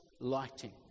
lighting